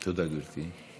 תודה, גברתי.